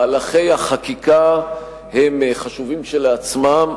מהלכי החקיקה הם חשובים כשלעצמם,